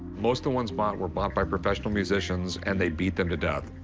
most of the ones bought were bought by professional musicians, and they beat them to death.